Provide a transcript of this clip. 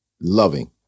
loving